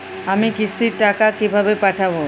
আমি কিস্তির টাকা কিভাবে পাঠাব?